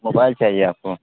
mobile چاہیے آپ کو